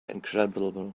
incredible